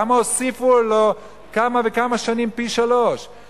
למה הוסיפו לו כמה וכמה שנים, פי-שלושה?